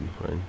right